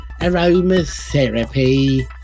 aromatherapy